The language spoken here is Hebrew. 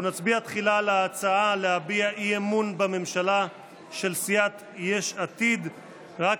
אנחנו נצביע תחילה על ההצעה של סיעת יש עתיד להביע אי-אמון בממשלה.